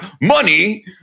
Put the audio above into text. money